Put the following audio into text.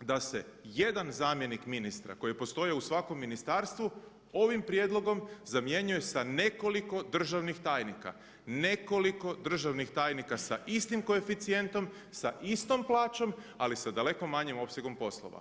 da se jedan zamjenik ministra koji postoji u svakom ministarstvu ovim prijedlogom zamjenjuju sa nekoliko državnih tajnika, nekoliko državnih tajnika sa istim koeficijentom, sa istom plaćom, ali sa daleko manjim opsegom poslova.